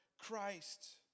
Christ